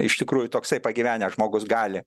iš tikrųjų toksai pagyvenęs žmogus gali